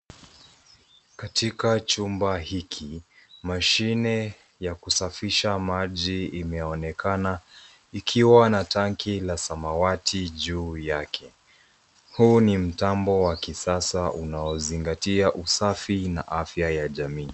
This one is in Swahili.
Katika chumba hiki, mashine ya kusafisha maji imeonekana ikiwa na tanki la samawati juu yake. Huu ni mtambo wa kisasa unaozingatia usafi na afya ya jamii.